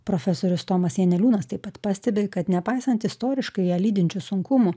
profesorius tomas janeliūnas taip pat pastebi kad nepaisant istoriškai ją lydinčių sunkumų